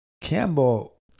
Campbell